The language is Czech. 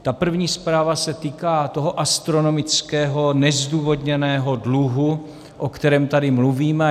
Ta první zpráva se týká toho astronomického nezdůvodněného dluhu, o kterém tady mluvíme.